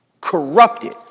Corrupted